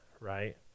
right